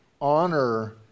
honor